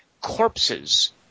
corpses